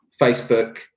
Facebook